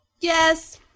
Yes